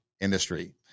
industry